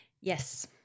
Yes